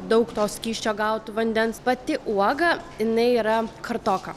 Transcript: daug to skysčio gautų vandens pati uoga jinai yra kartoka